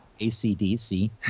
ACDC